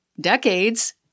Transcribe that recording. decades